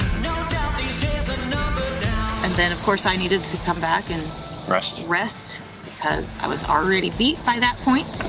no doubt these and then of course, i needed to come back and rest. rest. because i was already beat by that point.